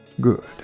Good